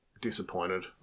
disappointed